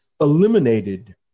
eliminated